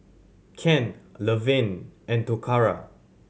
Kent Laverne and Toccara